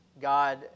God